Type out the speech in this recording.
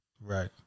Right